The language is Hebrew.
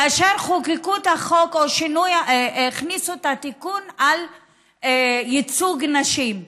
חוקקו את החוק או הכניסו את התיקון על ייצוג נשים.